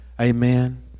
Amen